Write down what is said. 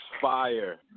fire